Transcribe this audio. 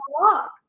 walk